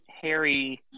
Harry